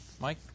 Mike